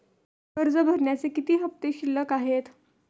कर्ज भरण्याचे किती हफ्ते शिल्लक आहेत?